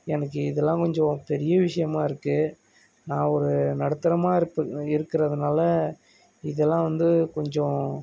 எனக்கு இதெல்லாம் கொஞ்சம் பெரிய விஷயமாக இருக்குது நான் ஒரு நடுத்தரமா இருக்கிற இருக்கிறதுனால இதெல்லாம் வந்து கொஞ்சம்